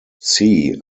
see